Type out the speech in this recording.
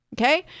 Okay